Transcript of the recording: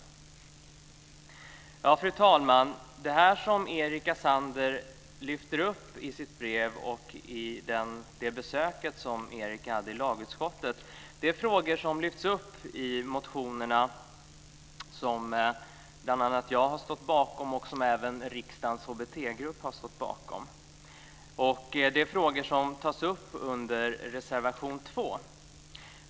Fru talman! Det som Erica Zander lyfter fram i sitt brev och vid besöket i lagutskottet är frågor som lyfts fram i motionerna som bl.a. jag har stått bakom och som även riksdagens HBT-grupp har stått bakom. Det är frågor som tas upp i reservation 2.